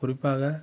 குறிப்பாக